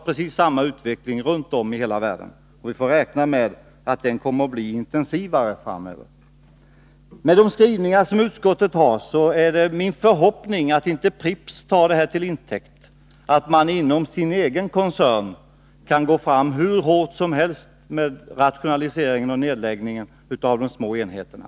Precis samma utveckling pågår runt om i världen, och vi får räkna med att den kommer att bli intensivare. Det är min förhoppning att inte Pripps tar utskottets skrivningar och det beslut som i dag kommer att fattas till intäkt för att inom sin egen koncern gå fram hur hårt som helst med rationalisering och nedläggning av de små enheterna.